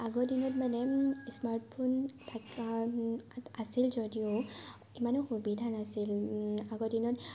আগৰ দিনত মানে স্মাৰ্টফোন থকা আছিল যদিও ইমানো সুবিধা নাছিল আগৰ দিনত